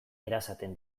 erasaten